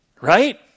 right